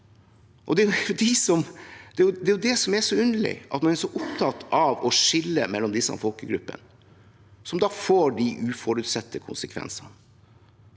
og det som er så underlig, er at man er så opptatt av å skille mellom disse folkegruppene, noe som da gir disse uforutsette konsekvensene.